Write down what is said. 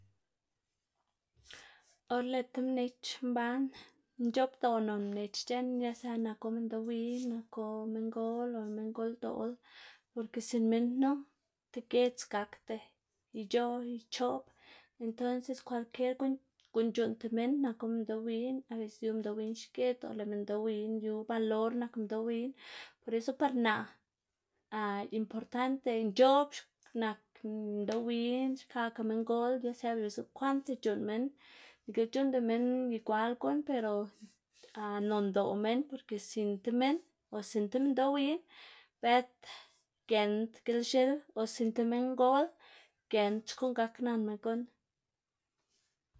Or lëꞌ ti mnech mban nc̲h̲oꞌbdoꞌ non mnech c̲h̲eꞌn ya sea naku minndoꞌ win, naku minngol o minndoldoꞌlá; porke sin minn knu ti giedz gakda choꞌb. Entonses kwalkier guꞌn, guꞌn c̲h̲uꞌnn tib minn naku minndoꞌ win, aveces yu minndoꞌ win xgit o lëꞌ minndoꞌ win valor nak minndoꞌ win; por eso par naꞌ importante nc̲h̲oꞌb nak minndoꞌ win xkakga minngol ya sea biꞌltsa bekwaꞌnda c̲h̲uꞌnn minn nika c̲h̲uꞌnnda minn igwal guꞌn pero nondoꞌ minn, porke sin ti minn o sin tib minndoꞌ win bët giend gilx̱il o sin ti minngol giend xkuꞌn gaknanma guꞌn.